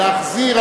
להחזיר,